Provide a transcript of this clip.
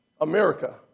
America